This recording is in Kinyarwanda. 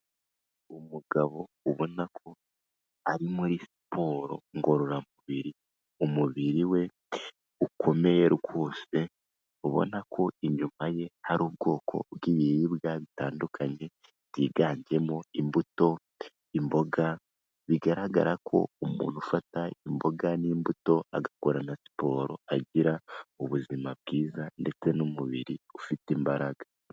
Umugabo ubona ko ari muri siporo ngororamubiri, umubiri we ukomeye rwose ubona ko inyuma ye hari ubwoko bw'ibiribwa bitandukanye byiganjemo imbuto, imboga bigaragara ko umuntu ufata imboga n'imbuto agakora na siporo, agira ubuzima bwiza ndetse n'umubiri ufite imbaraga.